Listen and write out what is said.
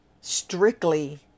Strictly